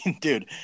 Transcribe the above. dude